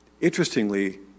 Interestingly